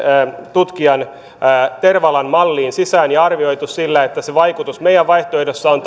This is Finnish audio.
tutkijan tervalan mallin sisään ja arvioineet sillä leikkausten vaikutuksen talouskasvuun meidän vaihtoehdossamme se on